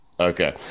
Okay